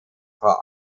vor